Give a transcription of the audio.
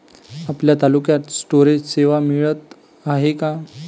आपल्या तालुक्यात स्टोरेज सेवा मिळत हाये का?